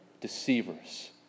deceivers